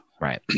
Right